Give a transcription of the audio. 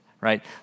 right